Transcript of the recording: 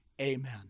amen